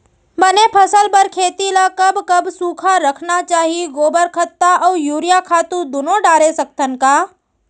बने फसल बर खेती ल कब कब सूखा रखना चाही, गोबर खत्ता और यूरिया खातू दूनो डारे सकथन का?